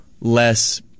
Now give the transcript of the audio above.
less